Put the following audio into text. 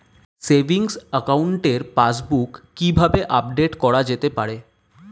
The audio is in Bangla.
সেভিংস একাউন্টের পাসবুক কি কিভাবে আপডেট করা যেতে পারে?